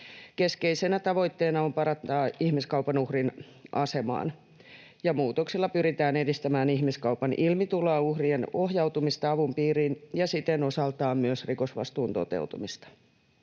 Keskeisenä tavoitteena on parantaa ihmiskaupan uhrin asemaa, ja muutoksilla pyritään edistämään ihmiskaupan ilmituloa, uhrien ohjautumista avun piiriin ja siten osaltaan myös rikosvastuun toteutumista.